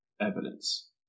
evidence